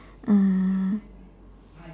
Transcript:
uh